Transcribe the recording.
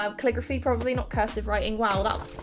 ah calligraphy, probably, not cursive writing. wow, that,